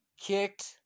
kicked